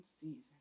season